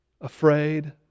afraid